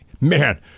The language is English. man